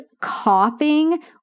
coughing